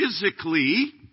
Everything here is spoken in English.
physically